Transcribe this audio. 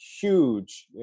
huge